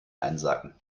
einsacken